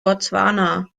botswana